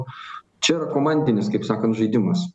čia yra komandinis kaip sakant žaidimas